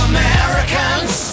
Americans